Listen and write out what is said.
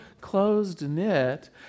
closed-knit